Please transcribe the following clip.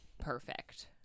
perfect